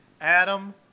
Adam